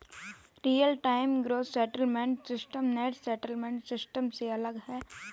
real time gross settlement system net settlement system से अलग है